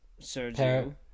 Sergio